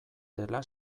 dela